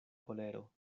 kolero